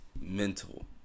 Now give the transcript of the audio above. mental